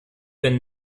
been